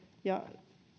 ja